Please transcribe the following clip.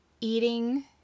eating